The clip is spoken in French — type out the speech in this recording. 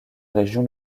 région